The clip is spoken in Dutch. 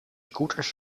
scooters